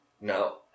no